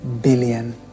billion